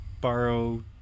borrow